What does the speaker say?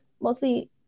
mostly